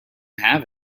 have